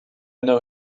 know